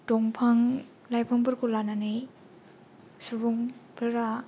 दंफां लाइफांफोरखौ लानानै सुबुंफोरा